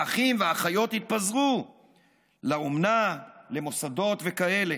/ והאחים והאחיות יתפזרו / לאומנה, למוסדות וכאלה.